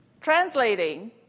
translating